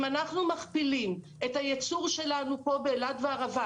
אם אנחנו מכפילים את הייצור שלנו פה באילת ובערבה,